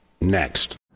Next